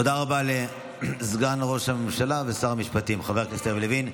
תודה רבה לסגן ראש הממשלה ושר המשפטים חבר הכנסת יריב לוין.